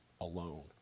alone